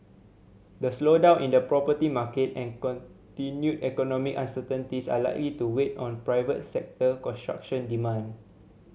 the slowdown in the property market and continued economic uncertainties are likely to weigh on private sector construction demand